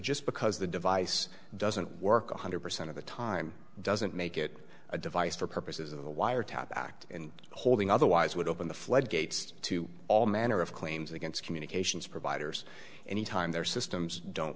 just because the device doesn't work one hundred percent of the time doesn't make it a device for purposes of a wiretap act and holding otherwise would open the floodgates to all manner of claims against communications providers any time their systems don't